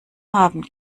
haben